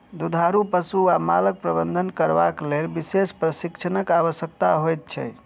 दुधारू पशु वा मालक प्रबंधन करबाक लेल विशेष प्रशिक्षणक आवश्यकता होइत छै